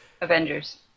Avengers